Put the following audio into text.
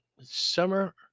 Summer